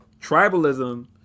tribalism